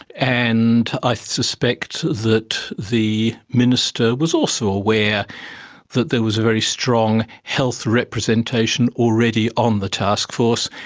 and i suspect that the minister was also aware that there was a very strong health representation already on the taskforce.